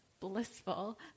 blissful